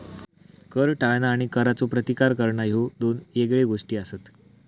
कर टाळणा आणि करचो प्रतिकार करणा ह्ये दोन येगळे गोष्टी आसत